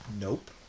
Nope